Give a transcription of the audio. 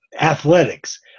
athletics